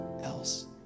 else